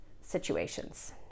situations